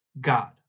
God